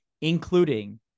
including